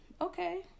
Okay